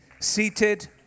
seated